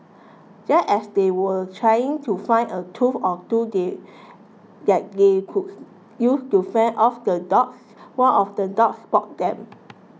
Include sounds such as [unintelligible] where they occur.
just as they were trying to find a tool or two [unintelligible] that they could use to fend off the dogs one of the dogs spotted them